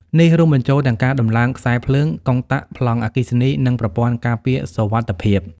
នេះរួមបញ្ចូលទាំងការតំឡើងខ្សែភ្លើង កុងតាក់ ប្លង់អគ្គិសនី និងប្រព័ន្ធការពារសុវត្ថិភាព។